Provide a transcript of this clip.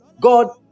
God